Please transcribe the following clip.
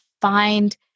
find